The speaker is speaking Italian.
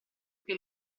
che